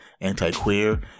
anti-queer